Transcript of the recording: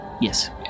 Yes